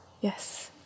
Yes